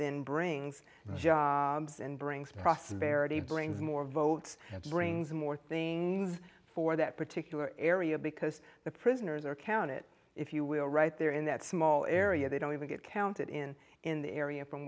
then brings jobs and brings prosperity brings more votes and brings more things for that particular area because the prisoners are counted if you will right there in that small area they don't even get counted in in the area from